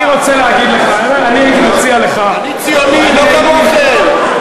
אני ציוני, לא כמוכם.